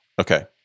Okay